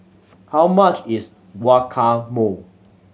how much is Guacamole